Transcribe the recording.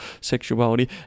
sexuality